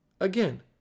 Again